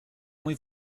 muy